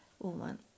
Woman